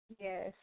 Yes